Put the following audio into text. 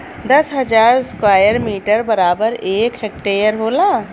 दस हजार square metre बराबर एक हेक्टेयर होला